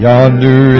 Yonder